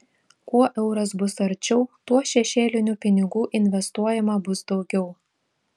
kuo euras bus arčiau tuo šešėlinių pinigų investuojama bus daugiau